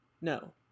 No